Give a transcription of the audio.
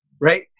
right